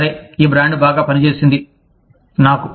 సరే ఈ బ్రాండ్ బాగా పనిచేసింది నాకు